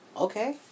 Okay